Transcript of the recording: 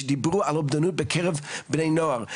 שדיברו על אובדנות בקרב בני נוער,